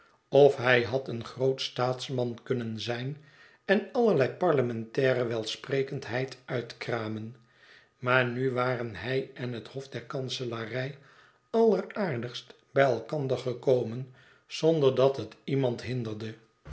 of hij had een groot staatsman kunnen zijn en allerlei parlementaire welsprekendheid uitkramen maar nu waren hij en het hof der kanselarij alleraardigst bij elkander gekomen zonder dat het iemand hinderde